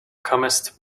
comest